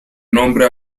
nombre